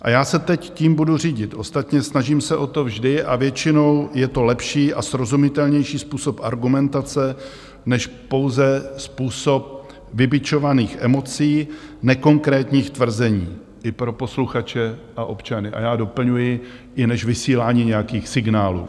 A já se teď tím budu řídit, ostatně snažím se o to vždy a většinou je to lepší a srozumitelnější způsob argumentace než pouze způsob vybičovaných emocí, nekonkrétních tvrzení, i pro posluchače a občany, a já doplňuji, i než vysílání nějakých signálů.